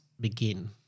begin